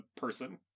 person